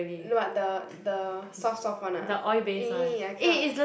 what the the soft soft [one] ah !ee! I cannot